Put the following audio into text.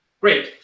Great